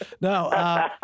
No